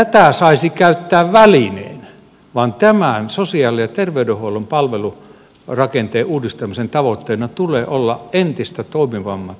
ei tätä saisi käyttää välineenä vaan tämän sosiaali ja terveydenhuollon palvelurakenteen uudistamisen tavoitteena tulee olla entistä toimivammat sosiaali ja terveydenhuollon palvelut